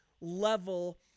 level